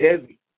heavy